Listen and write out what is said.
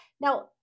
Now